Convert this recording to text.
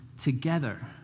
together